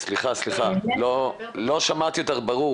סליחה, לא שמעתי אותך ברור.